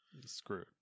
screwed